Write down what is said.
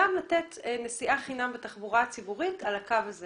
גם לתת נסיעה חינם בתחבורה ציבורית על הקו הזה